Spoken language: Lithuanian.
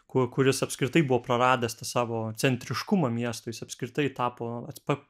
ku kuris apskritai buvo praradęs tą savo centriškumą miestui jis apskritai tapo pa